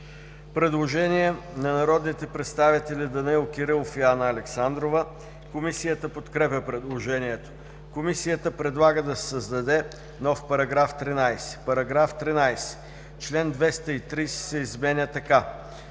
Предложения на народните представители Данаил Кирилов и Анна Александрова. Комисията подкрепя предложенията. Комисията предлага да се създаде нов § 13: „§ 13. Член 230 се изменя така: